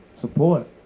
support